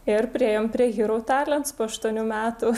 ir priėjome priehiru talents po aštuonių metų